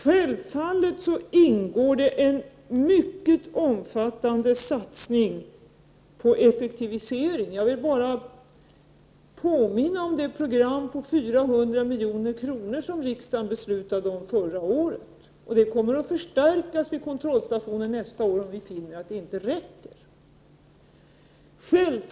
Självfallet ingår det en mycket omfattande satsning på effektivisering. Jag vill bara påminna om det program för 400 milj.kr. som riksdagen beslutade om förra året, och det kommer att bli en förstärkning vid kontrollstationen nästa år, om vi finner att summan inte räcker till.